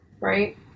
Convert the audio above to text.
right